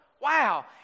Wow